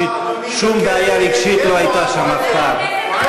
שום בעיה רגשית לא הייתה שם אף פעם.